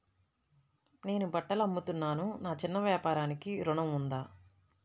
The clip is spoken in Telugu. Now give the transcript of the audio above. నేను బట్టలు అమ్ముతున్నాను, నా చిన్న వ్యాపారానికి ఋణం ఉందా?